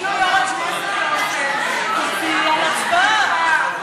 תצהירי על הצבעה.